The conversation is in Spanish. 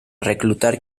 reclutar